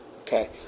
Okay